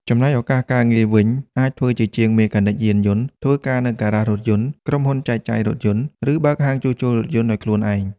ចំណែកឱកាសការងារវិញ អាចធ្វើជាជាងមេកានិកយានយន្ត ធ្វើការនៅហ្គារ៉ាសរថយន្ត ក្រុមហ៊ុនចែកចាយរថយន្ត ឬបើកហាងជួសជុលរថយន្តដោយខ្លួនឯង។